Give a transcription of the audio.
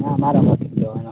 હા મારા માટે જ લેવાનો છે